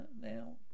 now